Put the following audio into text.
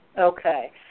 Okay